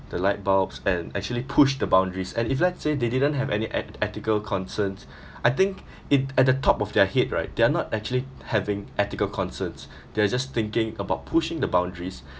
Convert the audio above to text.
the light bulbs and actually pushed the boundaries and if let's say they didn't have any eth~ ethical concerns I think it at the top of their head right they are not actually having ethical concerns they are just thinking about pushing the boundaries